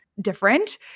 different